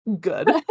Good